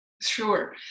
Sure